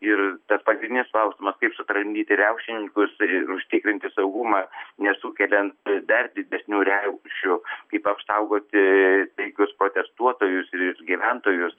ir tas pagrindinis klausimas kaip sutramdyti riaušininkus ir užtikrinti saugumą nesukeliant dar didesnių riaušių kaip apsaugoti taikius protestuotojus ir gyventojus